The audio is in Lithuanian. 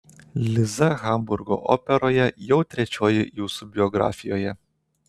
liza hamburgo operoje jau trečioji jūsų biografijoje